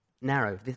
narrow